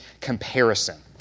comparison